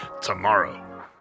tomorrow